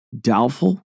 doubtful